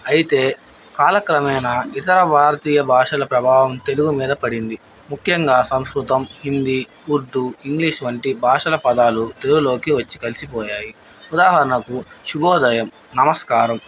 అయితే కాలక్రమేణ ఇతర భారతీయ భాషల ప్రభావం తెలుగు మీద పడింది ముఖ్యంగా సంస్కృతం హిందీ ఉర్దూ ఇంగ్లీష్ వంటి భాషల పదాలు తెలుగులోకి వచ్చి కలిసిపోయాయి ఉదాహరణకు శుభోదయం నమస్కారం